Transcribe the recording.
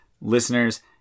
listeners